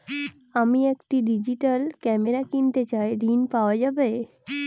আমি একটি digital camera কিনতে চাই ঝণ পাওয়া যাবে?